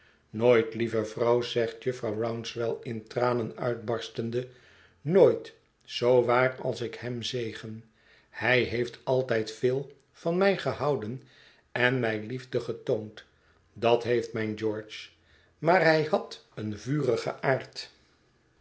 nooit lieve vrouw zegt jufvrouw rouncewell in tranen uitbarstende nooit zoo waar als ik hem zegen hij heeft altijd veel van mij gehouden en mij liefde getoond dat heeft mijn george maar hij had een vurigen aard